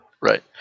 Right